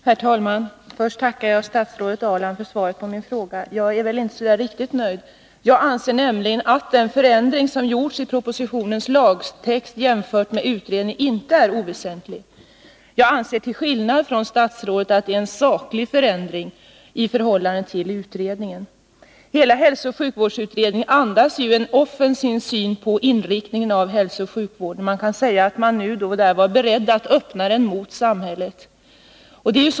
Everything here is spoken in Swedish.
Herr talman! Först tackar jag statsrådet Ahrland för svaret på min fråga. Jag är väl inte så där riktigt nöjd med det. Jag anser nämligen att den förändring som gjorts i propositionens lagtext jämfört med utredningens inte är oväsentlig. Jag anser till skillnad från statsrådet att det är en saklig förändring i förhållande till utredningen. Hela hälsooch sjukvårdsutredningen andades en offensiv syn på inriktningen av hälsooch sjukvården. Det kan sägas att man var beredd att öppna den ut mot samhället.